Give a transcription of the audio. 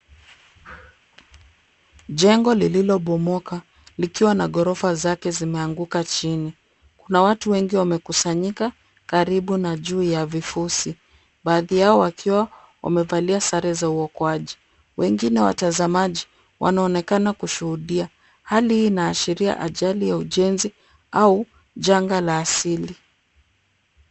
Jengo lililobomoka likiwa na ghorofa zake zimeanguka chini. Kuna watu wengi wamekusanyika karibu na juu ya vifusi. Baadhi yao wakiwa wamevalia sare za uokoaji. Wengine watazamaji wanaonekana kushuhudia. Hali hii inaashiria ajali ya ujenzi au janga la asili.